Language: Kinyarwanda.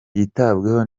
yitabweho